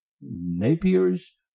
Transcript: napier's